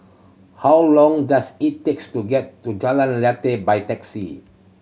how long does it takes to get to Jalan Lateh by taxi